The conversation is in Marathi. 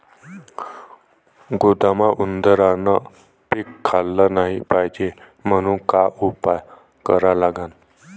गोदामात उंदरायनं पीक खाल्लं नाही पायजे म्हनून का उपाय करा लागन?